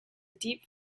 deep